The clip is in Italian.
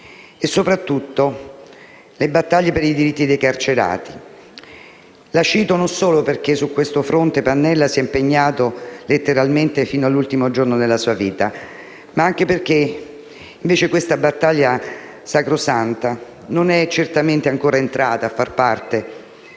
e, soprattutto, le battaglie per i diritti dei carcerati. Cito quest'ultima questione non solo perché su questo fronte Pannella si è impegnato letteralmente fino all'ultimo giorno della sua vita, ma anche perché questa battaglia sacrosanta non è certamente ancora entrata a far parte del senso comune